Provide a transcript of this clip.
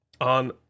on